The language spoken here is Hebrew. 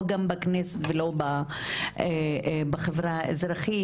לא בכנסת ולא בחברה האזרחית,